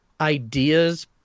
ideas